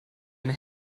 eine